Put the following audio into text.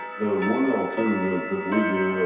the one alternative that we do.